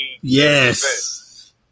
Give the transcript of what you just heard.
Yes